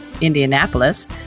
Indianapolis